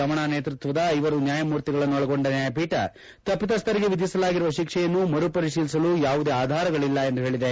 ರಮಣ ನೇತೃತ್ವದ ಐವರು ನ್ಯಾಯಮೂರ್ತಿಗಳನ್ನು ಒಳಗೊಂಡ ನ್ಯಾಯಪೀಠ ತಪ್ಪಿತಸ್ಥರಿಗೆ ವಿಧಿಸಲಾಗಿರುವ ಶಿಕ್ಷೆಯನ್ನು ಮರು ಪರಿಶೀಲಿಸಲು ಯಾವುದೇ ಆಧಾರಗಳು ಇಲ್ಲ ಎಂದು ಹೇಳಿದೆ